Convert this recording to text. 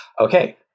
Okay